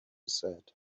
said